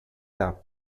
that